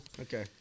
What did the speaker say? Okay